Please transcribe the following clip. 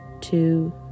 two